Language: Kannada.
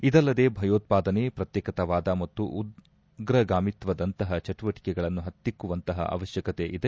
ಇದಲ್ಲದೆ ಭಯೋತ್ಪಾದನೆ ಪ್ರತ್ಯೇಕತಾವಾದ ಮತ್ತು ಉಗ್ರಗಾಮಿತ್ವದಂತಹ ಚಟುವಟಕೆಗಳನ್ನು ಹತ್ತಿಕ್ಕುವಂತಹ ಅವಶ್ವಕತೆ ಇದೆ